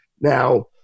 now